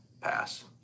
pass